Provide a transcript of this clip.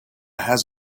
has